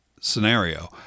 scenario